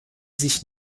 sich